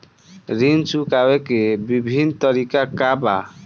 ऋण चुकावे के विभिन्न तरीका का बा?